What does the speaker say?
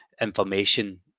information